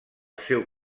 seu